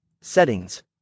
settings